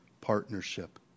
partnership